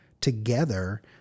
together